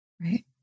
Right